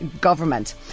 government